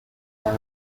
and